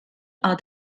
are